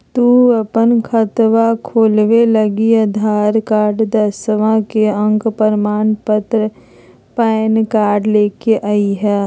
तू अपन खतवा खोलवे लागी आधार कार्ड, दसवां के अक प्रमाण पत्र, पैन कार्ड ले के अइह